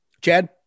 chad